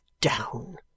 down